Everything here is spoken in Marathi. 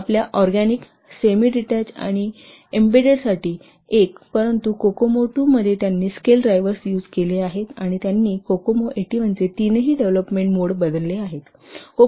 आपल्या ऑरगॅनिक सेमीडेटेड आणि एम्बेडेडसाठी कोकोमो II मध्ये त्यांनी स्केल ड्रायव्हर्स यूज केला आहेत आणि त्यांनी कोकोमो 81 चे तीनही डेव्हलपमेंट मोड बदलले आहेत